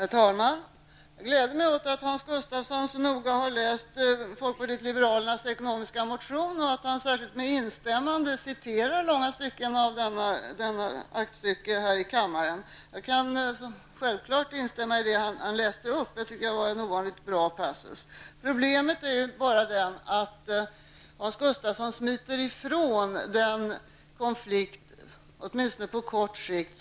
Herr talman! Det gläder mig att Hans Gustafsson så noga har läst folkpartiet liberalernas ekonomiska motion och att han med instämmande citerar långa avsnitt av detta aktstycke här i kammaren. Jag kan självfallet instämma i vad han läste upp; det tycker jag var en ovanligt bra passus. Problemet är bara att Hans Gustafsson smiter ifrån den konflikt som finns, åtminstone på kort sikt.